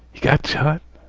got shot?